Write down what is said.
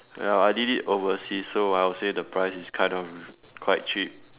ya I did it overseas so I would say the price is kind of quite cheap